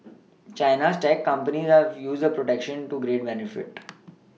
China's tech companies have used the protection to great benefit